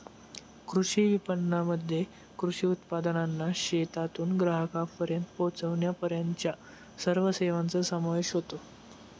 कृषी विपणनामध्ये कृषी उत्पादनांना शेतातून ग्राहकांपर्यंत पोचविण्यापर्यंतच्या सर्व सेवांचा समावेश होतो